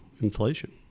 Inflation